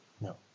No